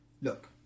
Look